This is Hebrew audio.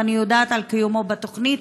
ואני יודעת על קיומו בתוכנית,